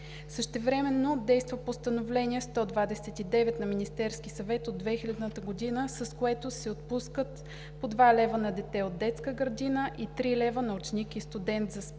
Същевременно действа Постановление № 129 на Министерския съвет от 2000 г., с което се отпускат по 2 лв. на дете от детска градина и 3 лв. на ученик и студент за спорт.